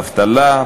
אבטלה,